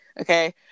okay